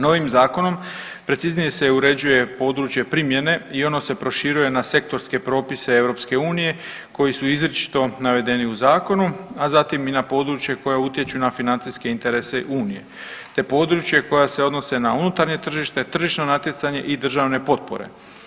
Novim zakonom preciznije se uređuje područje primjene i ono se proširuje na sektorske propise EU koji su izričito navedeni u zakonu, a zatim i na područja koja utječu na financijske interese Unije, te područja koja se odnose na unutarnje tržište, tržišno natjecanje i državne potpore.